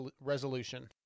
resolution